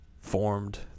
formed